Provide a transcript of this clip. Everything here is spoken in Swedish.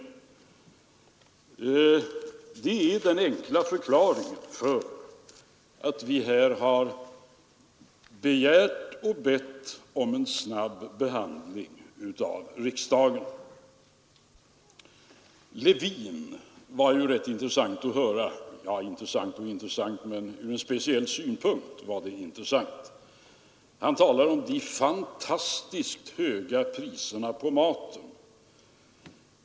Det här är den enkla förklaringen till att vi nu har bett om en snabb behandling i riksdagen. Herr Levin var rätt intressant att lyssna till — ja, intressant och intressant, men från en speciell synpunkt var anförandet intressant. Han talade om de fantastiskt höga priserna på maten.